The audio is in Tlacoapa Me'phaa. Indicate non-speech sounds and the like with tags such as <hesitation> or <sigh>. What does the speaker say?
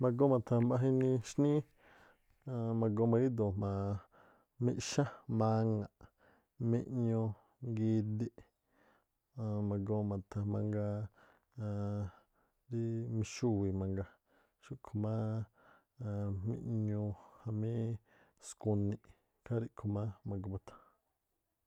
Ma̱goo ma̱tha̱ mbaꞌja inii xníí, <hesitation> ma̱goo ma̱ íꞌdu̱u̱ jma̱a miꞌxá ma̱ŋa̱ꞌ, miꞌñuu, ngidiꞌ, <hesitation> ma̱goo ma̱tha̱ mangaa <hesitation> rí mixúwi̱i̱ mangaa, xúꞌkhu̱ máá aan miꞌñuu, jamí skuniꞌ ikhaa ríꞌkhu̱ má ma̱goo ma̱tha̱.